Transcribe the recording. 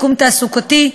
שיקום תעסוקתי,